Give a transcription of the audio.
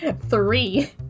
Three